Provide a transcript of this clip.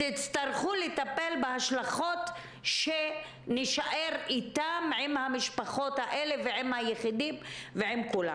אתם אלה שתצטרכו לטפל בהשלכותיה על משפחות ועל יחידים ועל כולם.